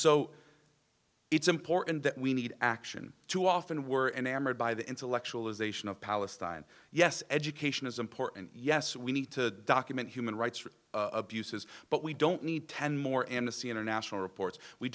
so it's important that we need action too often were enamored by the intellectualization of palestine yes education is important yes we need to document human rights abuses but we don't need ten more and to see international reports we